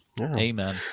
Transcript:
Amen